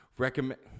Recommend